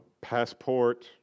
Passport